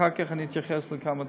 ואחר כך אני אתייחס לכמה דברים.